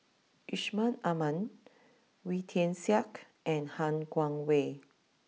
Yusman Aman Wee Tian Siak and Han Guangwei